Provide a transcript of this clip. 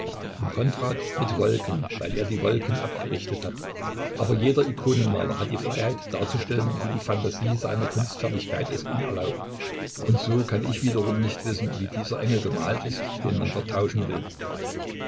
und kondrat mit wolken weil er die wolken abgerichtet hat aber jeder ikonenmaler hat die freiheit darzustellen wie die phantasie seiner kunstfertigkeit es ihm erlaubt und so kann ich wiederum nicht wissen wie dieser engel gemalt ist den man vertauschen will